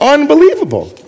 Unbelievable